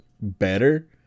better